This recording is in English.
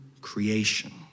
creation